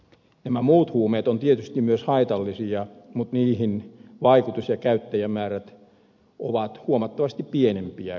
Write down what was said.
nämä muut huumeet ovat tietysti myös haitallisia mutta niiden vaikutus ja käyttäjämäärät ovat huomattavasti pienempiä kuin alkoholin